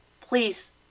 please